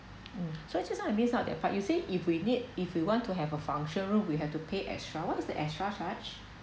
mm sorry just now I miss out that part you say if we need if you want to have a function room we have to pay extra what is the extra charge